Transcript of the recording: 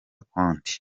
konti